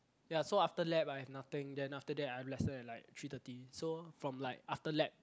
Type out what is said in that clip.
ya so after lab I have nothing then after that I have lesson at like three thirty so from like after lab